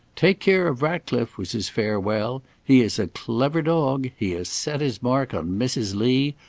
take care of ratcliffe! was his farewell he is a clever dog. he has set his mark on mrs. lee.